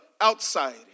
outside